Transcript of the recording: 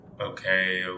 Okay